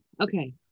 okay